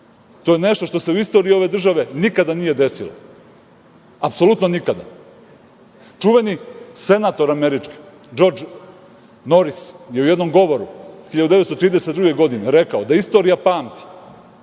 To je nešto što se u istoriji ove države nikada nije desilo. Apsolutno nikada. Čuveni američki senator, Džordž Noris je u jednom govoru 1932. godine rekao da istorija pamti,